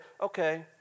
okay